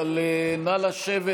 אבל נא לשבת.